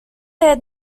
their